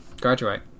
Graduate